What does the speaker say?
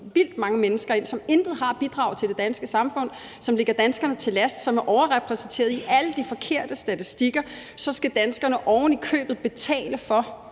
vildt mange mennesker ind, som intet har at bidrage med til det danske samfund, som ligger danskerne til last, og som er overrepræsenteret i alle de forkerte statistikker – så ovenikøbet – fordi